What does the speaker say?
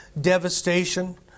devastation